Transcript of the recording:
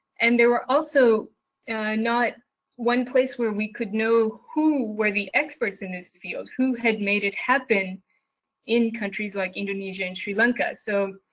and there were also not one place where we could know who were the experts in this field, who had made it happen in countries like indonesia and sri lanka. so